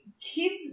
kids